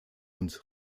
und